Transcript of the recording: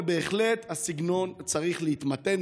ובהחלט הסגנון צריך להתמתן.